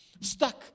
stuck